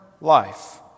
life